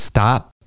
Stop